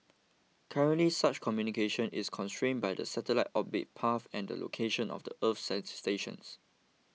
currently such communication is constrained by the satellite's orbit path and the location of the earth sites stations